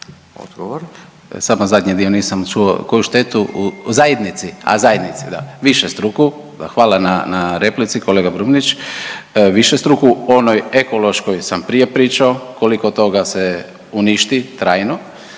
(IDS)** Samo zadnji dio nisam čuo, koju štetu zajednici? A, zajednici, da, višestruku. Hvala na replici kolega Brumnić, višestruku. O onoj ekološkoj sam prije pričao koliko toga se uništi trajno